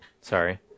Sorry